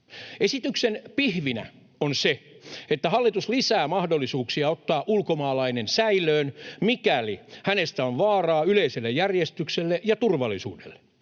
Esityksen pihvinä on se, että hallitus lisää mahdollisuuksia ottaa ulkomaalainen säilöön, mikäli hänestä on vaaraa yleiselle järjestykselle ja turvallisuudelle.